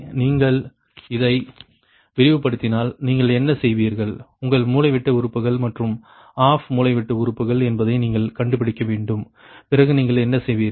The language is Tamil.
நீங்கள் இதை விரிவுபடுத்தினால் நீங்கள் என்ன செய்வீர்கள் உங்கள் மூலைவிட்ட உறுப்புகள் மற்றும் ஆப் மூலைவிட்ட உறுப்புகள் என்பதை நீங்கள் கண்டுபிடிக்க வேண்டும் பிறகு நீங்கள் என்ன செய்வீர்கள்